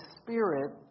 Spirit